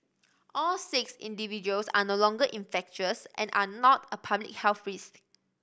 all six individuals are no longer infectious and are not a public health risk